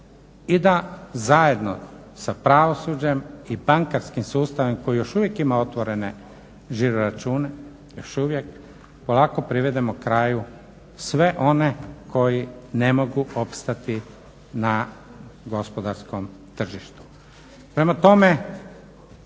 i da zajedno sa pravosuđem i sa bankarskim sustavom koji još uvijek ima otvorene žiroračune polako privedemo kraju sve one koji ne mogu opstati na gospodarskom tržištu.